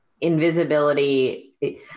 invisibility